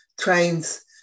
trains